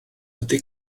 ydy